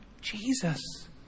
Jesus